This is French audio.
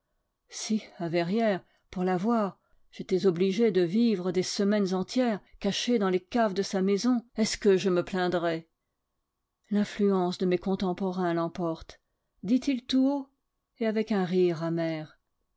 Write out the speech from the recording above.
si à verrières pour la voir j'étais obligé de vivre des semaines entières caché dans les caves de sa maison est-ce que je me plaindrais l'influence de mes contemporains l'emporte dit-il tout haut et avec un rire amer